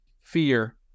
fear